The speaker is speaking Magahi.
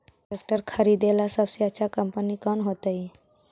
ट्रैक्टर खरीदेला सबसे अच्छा कंपनी कौन होतई?